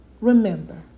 remember